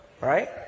Right